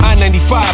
I-95